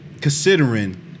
considering